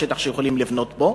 השטח שיכולים לבנות בו.